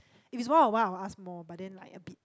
if is one on one I'll ask more but then like a bit